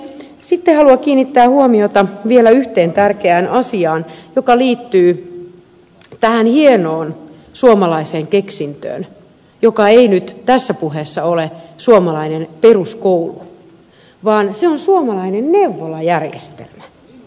sitten haluan kiinnittää huomiota vielä yhteen tärkeään asiaan joka liittyy tähän hienoon suomalaiseen keksintöön joka ei nyt tässä puheessa ole suomalainen peruskoulu vaan se on suomalainen neuvolajärjestelmä